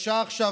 מה השעה עכשיו?